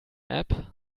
app